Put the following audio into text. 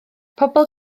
pobol